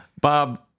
Bob